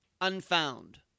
Unfound